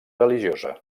religiosa